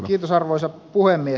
kiitos arvoisa puhemies